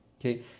okay